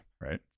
right